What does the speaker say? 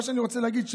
מה שאני רוצה להגיד,